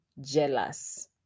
jealous